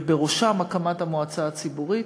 ובראשם הקמת המועצה הציבורית,